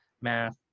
math